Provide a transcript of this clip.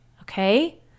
Okay